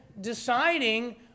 deciding